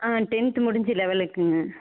ஆ tenth முடிஞ்சு லெவனுக்குங்க